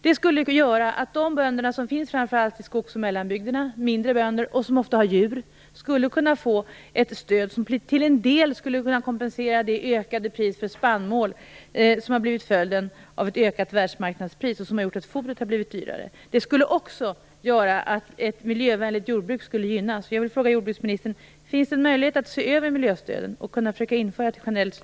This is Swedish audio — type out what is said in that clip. Det skulle innebära att de bönder som finns framför allt i skogs och mellanbygderna, mindre gårdar som ofta har djur, skulle kunna få ett stöd som delvis skulle kunna kompensera det ökade pris på spannmål som har blivit följden av ett ökat världsmarknadspris och som gjort att fodret har blivit dyrare. Det skulle också innebära att ett miljövänligt jordbruk skulle gynnas.